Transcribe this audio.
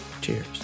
Cheers